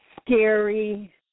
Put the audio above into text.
scary